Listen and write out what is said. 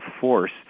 force